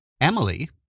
Emily